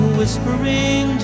whispering